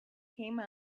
came